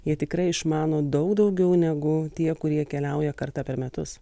jie tikrai išmano daug daugiau negu tie kurie keliauja kartą per metus